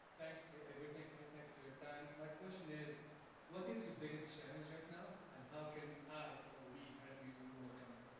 thanks for everything, like thanks for your time. my question is what is your biggest challenge right now, and how can or we help you overcome it?